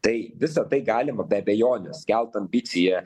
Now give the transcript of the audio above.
tai visa tai galima be abejonės kelt ambiciją